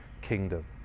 kingdom